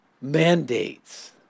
mandates